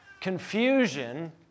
confusion